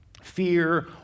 fear